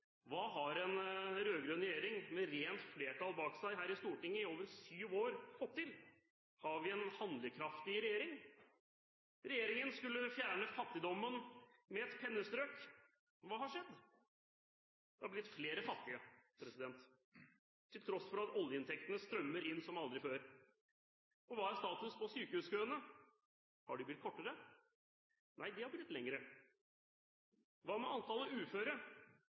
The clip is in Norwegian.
hva har en rød-grønn regjering med rent flertall bak seg her i Stortinget i over syv år, fått til? Har vi en handlekraftig regjering? Regjeringen skulle fjerne fattigdommen med et pennestrøk. Hva har skjedd? Det har blitt flere fattige, til tross for at oljeinntektene strømmer inn som aldri før. Hva er status for sykehuskøene? Har de blitt kortere? Nei, de har blitt lengre. Hva med antallet uføre?